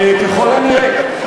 ככל הנראה.